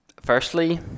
Firstly